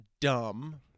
dumb